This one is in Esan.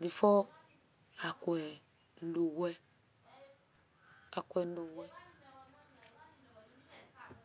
before akuelawe akulowe